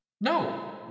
No